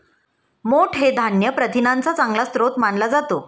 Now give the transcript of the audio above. मोठ हे धान्य प्रथिनांचा चांगला स्रोत मानला जातो